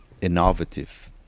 innovative